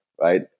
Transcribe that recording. right